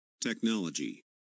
Technology